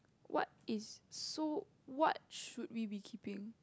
what is so what should we be keeping